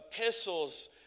Epistles